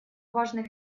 важных